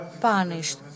punished